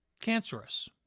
cancerous